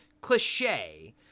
cliche